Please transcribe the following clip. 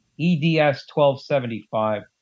EDS-1275